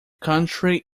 country